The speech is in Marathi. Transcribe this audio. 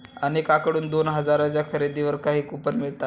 अनेकांकडून दोन हजारांच्या खरेदीवर काही कूपन मिळतात